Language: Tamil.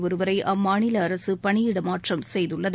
ஒருவரை அம்மாநில அரசு பணி இடமாற்றம் செய்துள்ளது